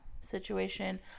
situation